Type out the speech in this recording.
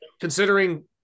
considering